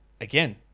again